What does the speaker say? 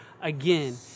again